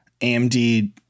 AMD